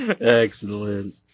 Excellent